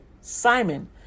Simon